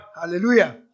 hallelujah